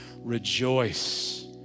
rejoice